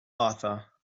author